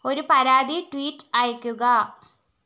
ഒരു പരാതി ട്വീറ്റ് അയയ്ക്കുക